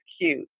cute